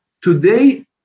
today